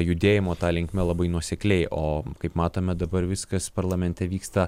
judėjimo ta linkme labai nuosekliai o kaip matome dabar viskas parlamente vyksta